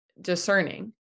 discerning